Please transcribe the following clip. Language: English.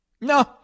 No